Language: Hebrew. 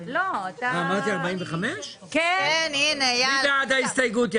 מי נמנע?